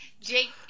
Jake